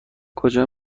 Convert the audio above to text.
کجا